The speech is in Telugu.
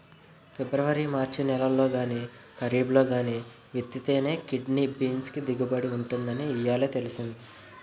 పిబ్రవరి మార్చి నెలల్లో గానీ, కరీబ్లో గానీ విత్తితేనే కిడ్నీ బీన్స్ కి దిగుబడి ఉంటుందని ఇయ్యాలే తెలిసింది